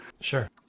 Sure